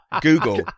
Google